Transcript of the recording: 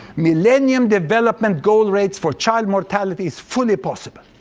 millennium development goal rates for child mortality is fully possible.